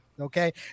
Okay